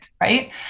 right